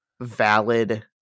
valid